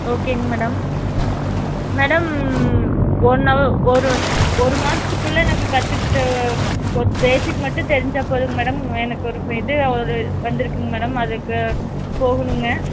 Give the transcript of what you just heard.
ஓகேங்க madam madam one of ஒரு ஒரு மாசத்துக்குள்ளே எனக்கு கற்றுக்கிட்டு ஒரு பேசிக் மட்டும் தெரிஞ்சால் போதுங்க மேடம் எனக்கு ஒரு ஃபெ இது ஒரு வந்துருக்குங்க மேடம் அதுக்கு போகணுங்க